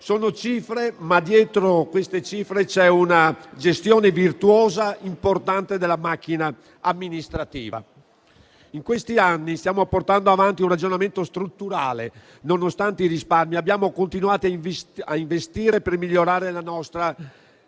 Sono cifre, ma dietro queste cifre vi è una gestione virtuosa importante della macchina amministrativa. In questi anni stiamo portando avanti un ragionamento strutturale; nonostante i risparmi abbiamo continuato a investire per migliorare la nostra istituzione,